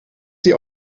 sie